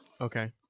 Okay